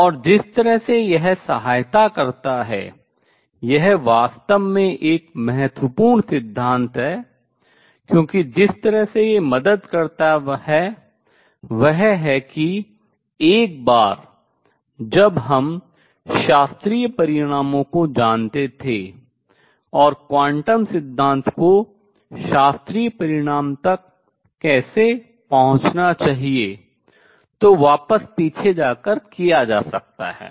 और जिस तरह से यह सहायता करता है यह वास्तव में एक महत्वपूर्ण सिद्धांत है क्योंकि जिस तरह से यह मदद करता है वह है कि एक बार जब हम शास्त्रीय परिणामों को जानते थे और क्वांटम सिद्धांत को शास्त्रीय परिणाम तक कैसे पहुंचना चाहिए तो वापस पीछे जाकर कर किया जा सकता है